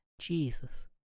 Jesus